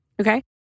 okay